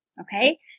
Okay